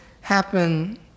happen